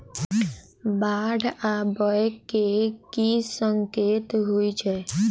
बाढ़ आबै केँ की संकेत होइ छै?